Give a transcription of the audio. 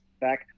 back